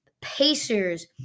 Pacers